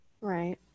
Right